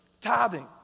tithing